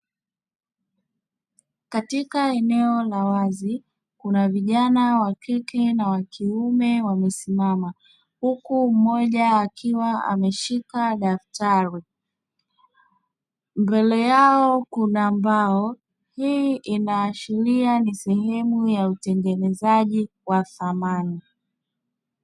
Katika eneo la wazi kuna vijana wakike na wakiume wamesimama huku mmoja akiwa ameshika daftari. Mbele yao kuna mbao, hii inaashiria ni sehemu ya utengenezaji wa samani.